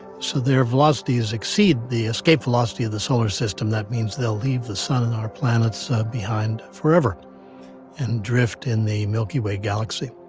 so their velocities exceed the escape velocity of the solar system. that means they'll leave the sun and our planets behind forever and drift in the milky way galaxy.